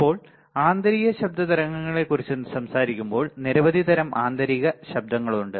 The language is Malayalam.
ഇപ്പോൾ ആന്തരിക ശബ്ദ തരങ്ങളെക്കുറിച്ച് സംസാരിക്കുമ്പോൾ നിരവധി തരം ആന്തരിക ശബ്ദങ്ങളുണ്ട്